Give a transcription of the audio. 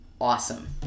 Awesome